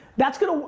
that's gonna,